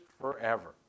forever